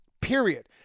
period